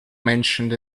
mentioned